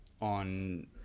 on